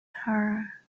her